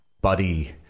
body